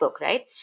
right